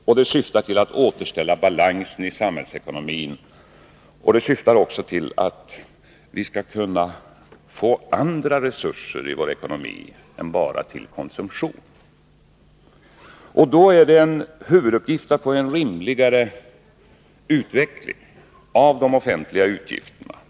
Förslaget syftar till att återställa balansen i samhällsekonomin, och det syftar också till att vi skall få andra resurser i vår ekonomi än resurser bara för konsumtion. Då är det en huvuduppgift att få en rimligare utveckling av de offentliga utgifterna.